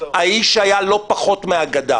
האיש היה לא פחות מאגדה.